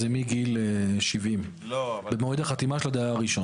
זה מגיל 70. במועד החתימה של הדייר הראשון.